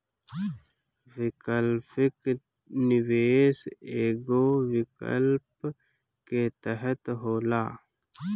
वैकल्पिक निवेश एगो विकल्प के तरही होला